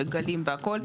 עד שמגלים והכל,